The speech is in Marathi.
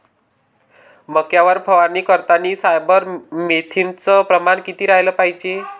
मक्यावर फवारनी करतांनी सायफर मेथ्रीनचं प्रमान किती रायलं पायजे?